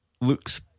looks